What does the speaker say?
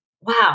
wow